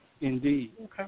Indeed